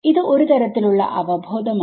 ഇത് ഒരുതരത്തിലുള്ള അവബോധമാണ്